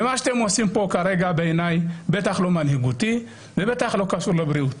מה שאתם עושים פה כרגע בעיניי בטח לא מנהיגותי ובטח לא קשור לבריאות,